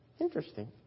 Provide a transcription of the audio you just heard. Interesting